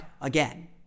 again